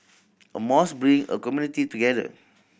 a mosque bring a community together